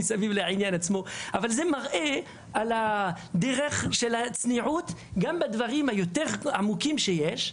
זה מראה על הדרך של הצניעות גם בדברים היותר עמוקים שיש.